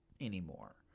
anymore